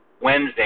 Wednesday